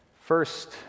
First